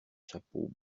chapeaux